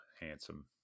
handsome